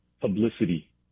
publicity